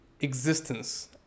existence